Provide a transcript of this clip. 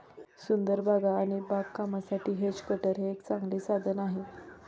सुंदर बागा आणि बागकामासाठी हेज कटर हे एक चांगले साधन आहे